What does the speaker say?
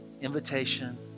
Invitation